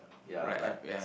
like have uh